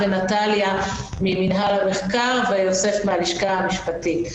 נטליה גיטלסון ממינהל המחקר ויוסף פולסקי מן הלשכה המשפטית.